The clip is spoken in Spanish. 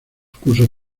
cursos